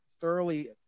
thoroughly